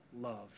love